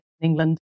England